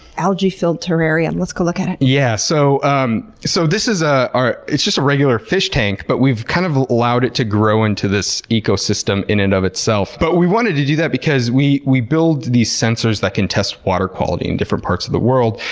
algae-filled terrarium. let's go look at it! yeah, so um so this is ah just a regular fish tank, but we've kind of allowed it to grow into this ecosystem in and of itself. but we wanted to do that because we we build these sensors that can test water quality in different parts of the world,